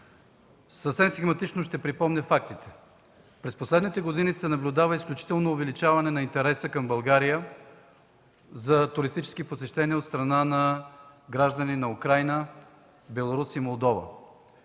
Съвсем схематично ще припомня фактите. През последните години се наблюдава изключително увеличаване на интереса към България за туристически посещения от страна на граждани на Украйна, Беларус и Молдова.